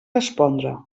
respondre